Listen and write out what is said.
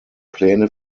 pläne